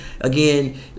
again